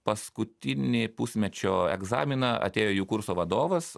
paskutinį pusmečio egzaminą atėjo jų kurso vadovas